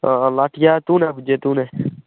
हा हा लाठिया तूनै पुज्जे तूनै